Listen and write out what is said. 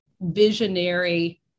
visionary